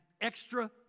extra